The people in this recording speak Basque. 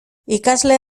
ikasle